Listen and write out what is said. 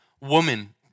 woman